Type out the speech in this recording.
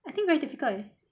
I think very difficult leh